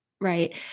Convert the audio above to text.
right